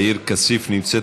העיר כסיף נמצאת,